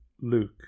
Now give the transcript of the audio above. Luke